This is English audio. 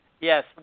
Yes